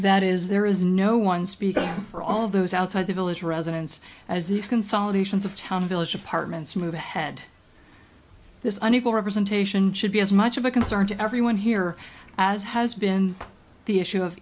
that is there is no one speaking for all of those outside the village residents as these consolidations of town village apartments move ahead this an equal representation should be as much of a concern to everyone here as has been the issue of